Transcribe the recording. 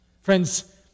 Friends